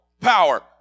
power